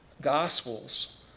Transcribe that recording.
gospels